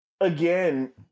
again